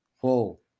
whoa